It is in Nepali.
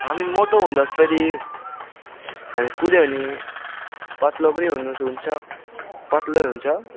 हामी मोटो हुँदा फेरि हामी कुद्यो भने पातलो पनि हुनु हुन्छ पातलो हुन्छ